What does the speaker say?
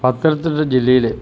പത്തനംതിട്ട ജില്ലയിലെ